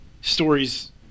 stories